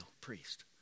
priest